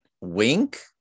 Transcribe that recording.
wink